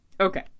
Okay